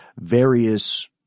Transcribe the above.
various